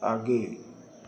आगे